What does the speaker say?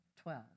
twelve